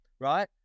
right